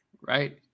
right